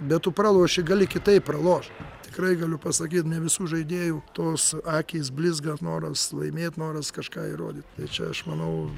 bet tu praloši gali kitaip pralošt tikrai galiu pasakyt ne visų žaidėjų tos akys blizga noras laimėt noras kažką įrodyt tai čia aš manau